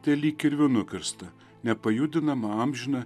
tai lyg kirviu nukirsta nepajudinama amžina